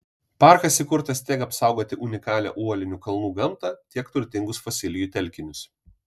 parkas įkurtas tiek apsaugoti unikalią uolinių kalnų gamtą tiek turtingus fosilijų telkinius